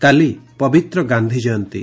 କାଲି ପବିତ୍ର ଗାଧୀଜୟନ୍ତୀ